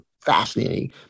fascinating